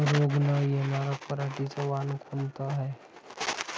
रोग न येनार पराटीचं वान कोनतं हाये?